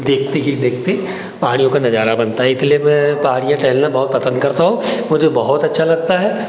देखते ही देखते पहाड़ियों का नज़ारा बनता है इसलिए मैं पहाड़ियां टहलना बहुत पसंद करता हूँ मुझे बहुत अच्छा लगता है